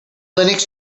linux